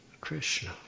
Krishna